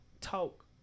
talk